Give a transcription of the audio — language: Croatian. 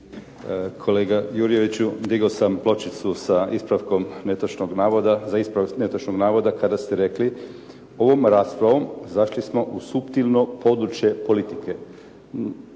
Kolega Jurjeviću, digao sam pločicu sa ispravkom netočnog navoda kada ste rekli ovom raspravom zašli smo u suptivno područje politike.